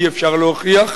אי-אפשר להוכיח,